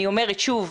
אני אומרת שוב,